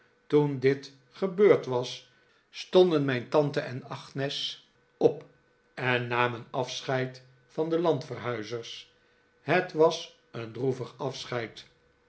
toen dit gebeurd was stonden mijn tante en agnes op en namen afscheid van de landverhuizers het was een droevig afscheid